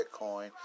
Bitcoin